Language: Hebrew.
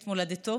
את מולדתו